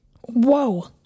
Whoa